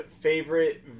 favorite